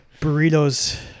Burritos